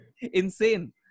insane